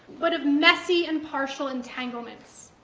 but of messy and partial entanglements.